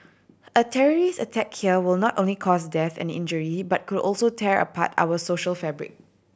a terrorist attack here will not only cause death and injury but could also tear apart our social fabric